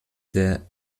der